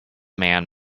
man